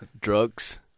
Drugs